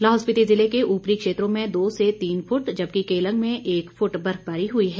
लाहौल स्पिति ज़िले के ऊपरी क्षेत्रों में दो से तीन फुट जबकि केलंग में एक फुट बर्फबारी हुई है